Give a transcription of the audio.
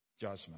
judgment